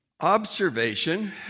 Observation